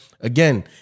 again